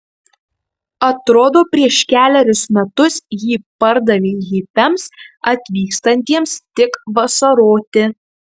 atrodo prieš kelerius metus jį pardavė hipiams atvykstantiems tik vasaroti